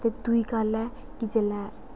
कि दूई गल्ल ऐ कि जेल्लै